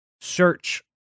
search